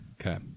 Okay